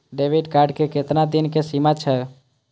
Debit card के केतना दिन के सीमा छै?